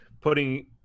putting